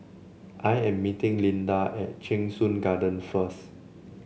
I am meeting Lynda at Cheng Soon Garden first